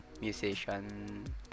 musician